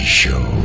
show